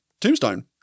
tombstone